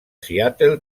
seattle